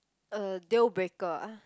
a deal breaker ah